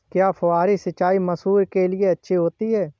क्या फुहारी सिंचाई मसूर के लिए अच्छी होती है?